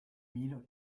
mille